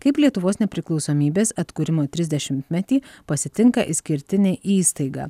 kaip lietuvos nepriklausomybės atkūrimo trisdešimtmetį pasitinka išskirtinė įstaiga